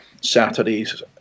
Saturday's